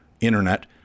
internet